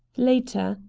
later,